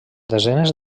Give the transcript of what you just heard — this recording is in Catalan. desenes